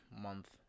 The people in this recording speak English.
month